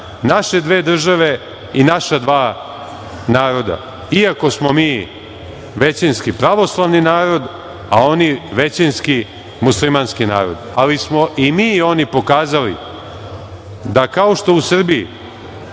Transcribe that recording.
naše dve države i naša dva naroda, iako smo mi većinski pravoslavni narod, a oni većinski muslimanski narod, ali smo i mi i oni pokazali da kao što u Srbiji